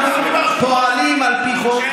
אנחנו פועלים על פי חוק,